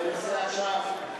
אני מנסה עכשיו.